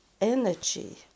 energy